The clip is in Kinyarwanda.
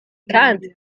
kandi